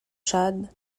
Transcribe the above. chad